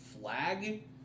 Flag